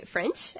French